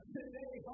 Today